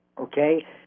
Okay